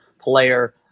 player